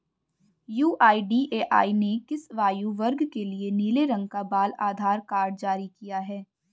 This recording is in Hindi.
यू.आई.डी.ए.आई ने किस आयु वर्ग के लिए नीले रंग का बाल आधार कार्ड जारी किया है?